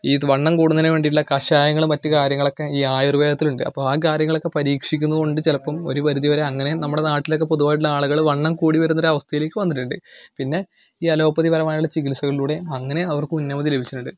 ഇത് വണ്ണം കൂടുന്നതിന് വേണ്ടിയിട്ടുള്ള കഷായങ്ങളും മറ്റ് കാര്യങ്ങളൊക്കെ ഈ ആയുർവേദത്തിലുണ്ട് അപ്പോൾ ആ കാര്യങ്ങളൊക്കെ പരീക്ഷിക്കുന്നത് കൊണ്ട് ചിലപ്പം ഒരു പരിധി വരെ അങ്ങനെയും നമ്മുടെ നാട്ടിലൊക്കെ പൊതുവായിട്ടുള്ള ആളുകൾ വണ്ണം കൂടി വരുന്ന ഒരവസ്ഥയിലേക്ക് വന്നിട്ടുണ്ട് പിന്നെ ഈ അലോപ്പതി പരമായിട്ടുള്ള ചികിത്സകളിലൂടെയും അങ്ങനെ അവർക്ക് ഉന്നമതി ലഭിച്ചിട്ടുണ്ട്